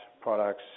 products